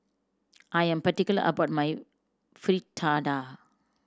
I am particular about my Fritada